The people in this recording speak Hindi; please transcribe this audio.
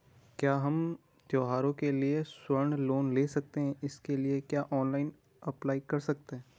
क्या हम त्यौहारों के लिए स्वर्ण लोन ले सकते हैं इसके लिए क्या ऑनलाइन अप्लाई कर सकते हैं?